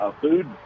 food